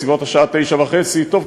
בסביבות השעה 21:30: טוב,